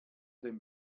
dem